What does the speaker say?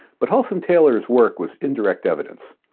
but hulse and taylor's work was indirect evidence.